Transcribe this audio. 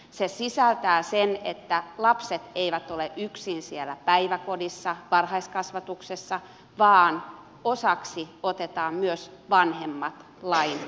se sisältää sen että lapset eivät ole yksin siellä päiväkodissa varhaiskasvatuksessa vaan osaksi otetaan myös vanhemmat lain tasolla